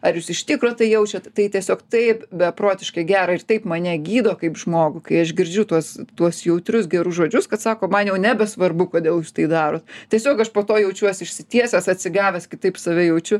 ar jūs iš tikro tai jaučiat tai tiesiog taip beprotiškai gera ir taip mane gydo kaip žmogų kai aš girdžiu tuos tuos jautrius gerus žodžius kad sako man jau nebesvarbu kodėl jūs tai darot tiesiog aš po to jaučiuos išsitiesęs atsigavęs kitaip save jaučiu